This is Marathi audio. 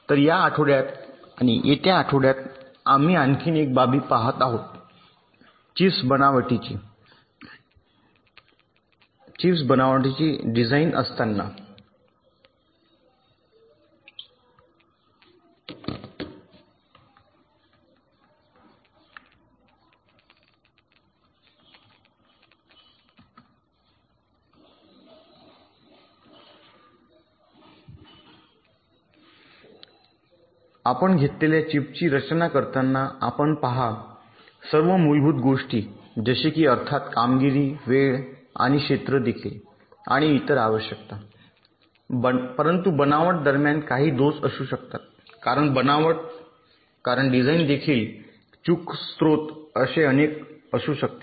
तर या आठवड्यात आणि येत्या आठवड्यात आम्ही आणखी एक बाबी पहात आहोत चिप्स बनावटीची डिझाइन असताना आपण घेतलेल्या चिपची रचना करताना आपण पहा सर्व मूलभूत गोष्टी जसे की अर्थात कामगिरी वेळ आणि क्षेत्र देखील आणि इतर आवश्यकता परंतु बनावट दरम्यान काही दोष असू शकतात कारण बनावट कारण डिझाइन देखील चूक स्त्रोत अनेक असू शकते